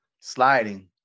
sliding